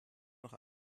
noch